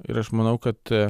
ir aš manau kad